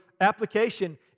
application